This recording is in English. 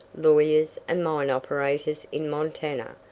lawyers, and mine-operators in montana.